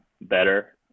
better